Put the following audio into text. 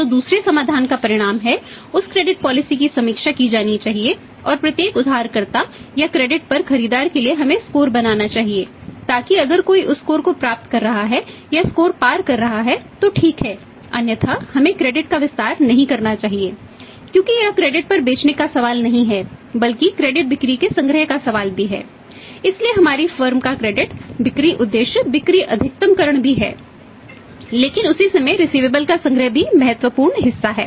तो दूसरे समाधान का परिणाम है उस क्रेडिट पॉलिसी का संग्रह भी महत्वपूर्ण हिस्सा है